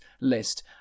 list